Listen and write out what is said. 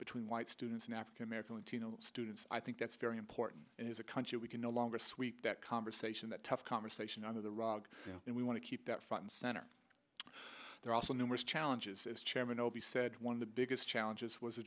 between white students and african american latino students i think that's very important as a country we can no longer sweep that conversation that tough conversation under the rug and we want to keep that front and center there also numerous challenges as chairman of the said one of the biggest challenges was a